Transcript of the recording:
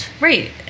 Right